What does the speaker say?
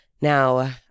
Now